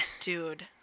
Dude